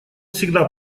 всегда